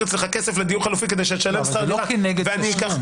לך כסף לדיור חלופי כדי שתשלם שכר דירה -- אבל זה לא כנגד תשלום.